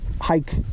hike